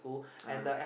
ah